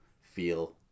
feel